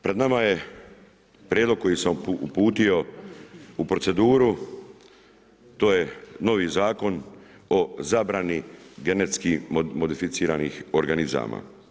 Pred nama je prijedlog koji sam uputio u proceduru, to je novi Zakon o zabrani genetski modificiranih organizama.